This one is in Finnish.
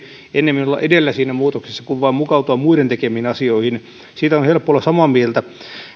ennemmin olla edellä siinä muutoksessa eikä vain mukautua muiden tekemiin asioihin siitä on helppo olla samaa mieltä